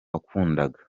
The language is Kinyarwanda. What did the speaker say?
wakundaga